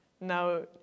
now